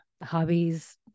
hobbies